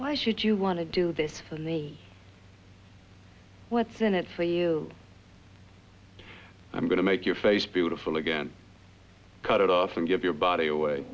why should you want to do this when the what's in it for you i'm going to make your face beautiful again cut it off and give your body